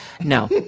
no